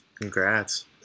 Congrats